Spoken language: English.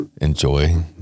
enjoy